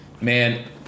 man